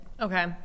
Okay